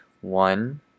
One